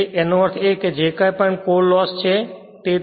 તેનો અર્થ અહીં જે કંઇ પણ કોર લોસછે તે